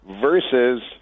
versus